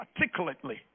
articulately